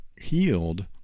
healed